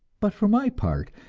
but for my part,